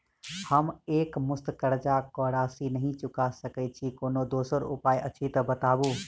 हम एकमुस्त कर्जा कऽ राशि नहि चुका सकय छी, कोनो दोसर उपाय अछि तऽ बताबु?